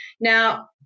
Now